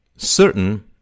Certain